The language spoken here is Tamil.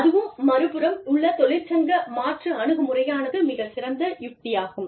அதுவே மறுபுறம் உள்ள தொழிற்சங்க மாற்று அணுகுமுறையானது மிகச் சிறந்த யுக்தியாகும்